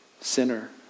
sinner